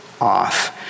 off